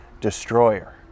destroyer